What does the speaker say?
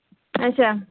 اَچھا